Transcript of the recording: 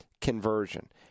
conversion